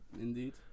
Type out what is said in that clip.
indeed